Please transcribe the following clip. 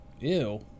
Ew